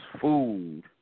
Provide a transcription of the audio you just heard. food